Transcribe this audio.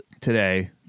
today